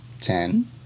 ten